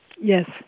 Yes